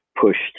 pushed